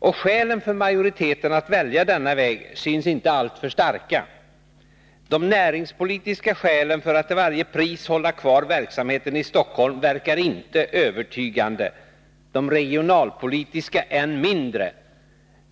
Skälen för majoriteten att välja denna väg synes inte alltför starka. De näringspolitiska skälen för att till varje pris hålla kvar verksamheten i Stockholm verkar inte övertygande; de regionalpolitiska än mindre.